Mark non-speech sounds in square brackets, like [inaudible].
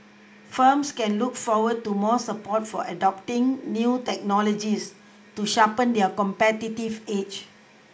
[noise] firms can look forward to more support for adopting new technologies to sharpen their competitive edge